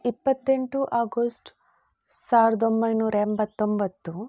ಇಪ್ಪತ್ತೆಂಟು ಆಗೋಸ್ಟ್ ಸಾವಿರದ ಒಂಬೈನೂರ ಎಂಬತ್ತೊಂಬತ್ತು